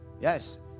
Yes